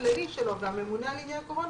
וגם המנהלי הכללי שלו והממונה על עניין הקורונה